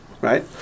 right